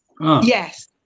Yes